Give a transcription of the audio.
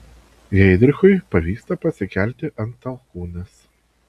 heidrichui pavyksta pasikelti ant alkūnės